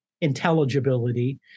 intelligibility